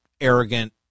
arrogant